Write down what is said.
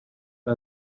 que